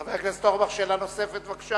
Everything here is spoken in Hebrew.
חבר הכנסת אורבך, שאלה נוספת, בבקשה.